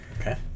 Okay